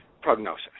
prognosis